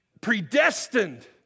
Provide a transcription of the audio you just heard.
predestined